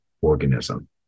organism